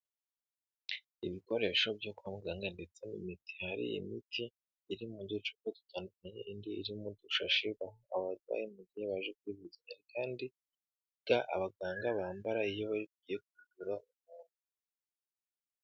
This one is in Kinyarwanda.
Ibikoresho byo kwa muganga ndetse n'imiti, hari imiti iri mu ducupa dutandukanye, indi irimo mu dushashi ihabwa abarwayi mu gihe baje kwivuza, kandi hari na ga abaganga bambara iyo bagiye kuvura umuntu.